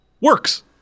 works